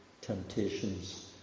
temptations